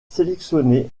sélectionné